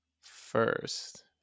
first